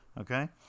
Okay